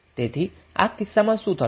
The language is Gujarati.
તેથી આ કિસ્સામાં શું થશે